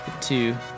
two